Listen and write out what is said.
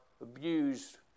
abused